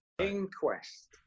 Inquest